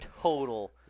total